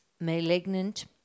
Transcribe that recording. malignant